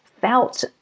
felt